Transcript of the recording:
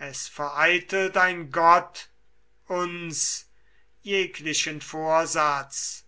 es vereitelt ein gott uns jeglichen vorsatz